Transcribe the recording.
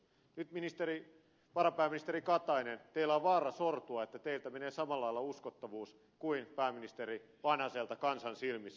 nyt varapääministeri katainen teillä on vaara sortua niin että teiltä menee samalla lailla uskottavuus kuin pääministeri vanhaselta kansan silmissä